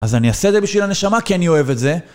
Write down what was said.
אז אני אעשה את זה בשביל הנשמה, כי אני אוהב את זה.